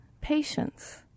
Patience